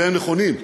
והם נכונים.